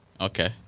okay